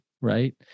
Right